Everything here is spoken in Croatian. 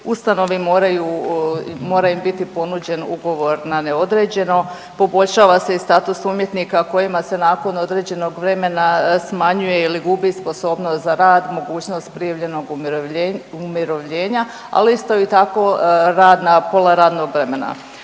ustanovi moraju, mora im biti ponuđen ugovor na neodređeno, poboljšava se i status umjetnika kojima se nakon određenog vremena smanjuje ili gubi sposobnost za rad, mogućnost prijavljenog umirovljenja, ali isto i tako rad na pola radnog vremena.